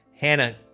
Hannah